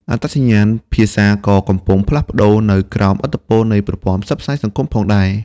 អត្តសញ្ញាណភាសាក៏កំពុងផ្លាស់ប្តូរនៅក្រោមឥទ្ធិពលនៃប្រព័ន្ធផ្សព្វផ្សាយសង្គមផងដែរ។